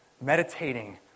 Meditating